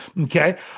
Okay